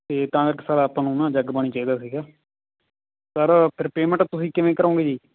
ਅਤੇ ਤਾਂ ਕਰਕੇ ਸਰ ਆਪਾਂ ਨੂੰ ਨਾ ਜਗਬਾਣੀ ਚਾਹੀਦਾ ਸੀਗਾ ਸਰ ਫੇਰ ਪੇਮੈਂਟ ਤੁਸੀਂ ਕਿਵੇਂ ਕਰੋਂਗੇ ਜੀ